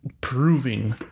proving